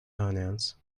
onions